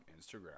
instagram